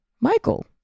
michael